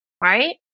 right